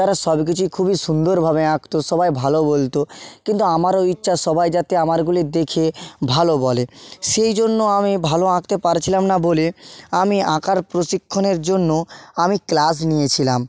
তারা সব কিছুই খুব সুন্দরভাবে আঁকতো সবাই ভালো বলতো কিন্তু আমারও ইচ্ছা সবাই যাতে আমারগুলি দেখে ভালো বলে সেই জন্য আমি ভালো আঁকতে পারছিলাম না বলে আমি আঁকার প্রশিক্ষনের জন্য আমি ক্লাস নিয়েছিলাম